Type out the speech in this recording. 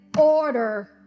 order